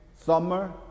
summer